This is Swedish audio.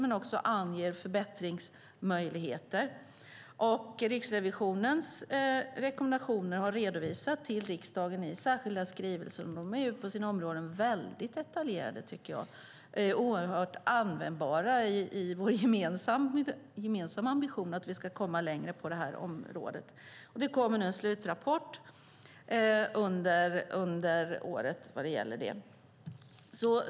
Men man anger också förbättringsmöjligheter. Riksrevisionens rekommendationer har redovisats till riksdagen i särskilda skrivelser. De är på sina områden väldigt detaljerade, tycker jag, och oerhört användbara i vår gemensamma ambition att vi ska komma längre på det här området. Det kommer en slutrapport under året vad gäller det här.